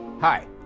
Hi